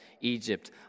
Egypt